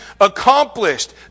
accomplished